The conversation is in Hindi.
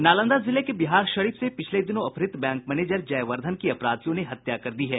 नालंदा जिले के बिहारशरीफ से पिछले दिनों अपहृत बैंक मैनेजर जयवर्द्वन की अपराधियों ने हत्या कर दी है